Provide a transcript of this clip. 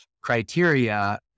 criteria